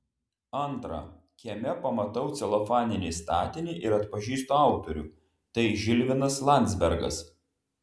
antra kieme pamatau celofaninį statinį ir atpažįstu autorių tai žilvinas landzbergas